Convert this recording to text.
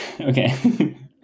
Okay